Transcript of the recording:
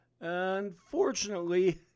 Unfortunately